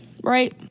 right